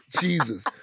Jesus